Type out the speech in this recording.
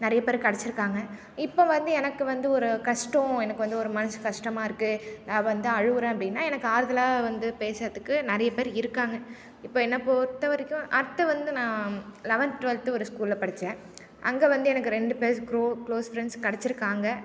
நிறையப்பேர் கிடச்சிருக்காங்க இப்போ வந்து எனக்கு ஒரு கஷ்டம் எனக்கு வந்து ஒரு மனது கஷ்டமாக இருக்குது நான் வந்து அழுகிறேன் அப்படினா எனக்கு ஆறுதலாக வந்து பேசுறதுக்கு நிறையப்பேர் இருக்காங்க இப்போ என்னை பொறுத்த வரைக்கும் அடுத்து வந்து நான் லெவன்த் டுவல்த்து ஒரு ஸ்கூலில் படித்தேன் அங்கே வந்து எனக்கு ரெண்டு பெஸ்ட் க்ரோ க்ளோஸ் ஃப்ரெண்ட்ஸ் கிடச்சிருக்காங்க